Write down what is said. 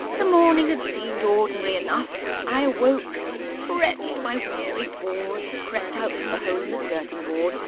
the morning had seemed ordinary enough. i awoke, stretched my weary paws, crept out from the hole in the skirting board,